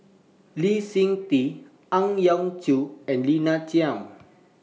Lee Seng Tee Ang Yau Choon and Lina Chiam